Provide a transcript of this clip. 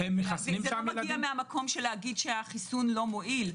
זה לא מגיע מהמקום של לומר שהחיסון לא מועיל.